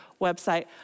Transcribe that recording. website